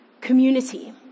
community